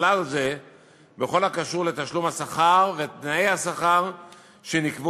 ובכלל זה בכל הקשור לתשלום השכר ותנאי השכר שנקבעו